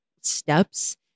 steps